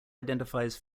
identifies